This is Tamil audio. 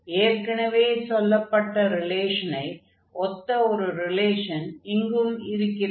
ஏற்கெனவே சொல்லப்பட்ட ரிலேஷனை ஒத்த ஒரு ரிலேஷன் இங்கும் இருக்கிறது